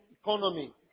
economy